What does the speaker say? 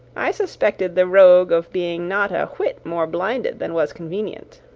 i suspected the rogue of being not a whit more blinded than was convenient.